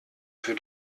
für